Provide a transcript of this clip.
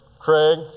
Craig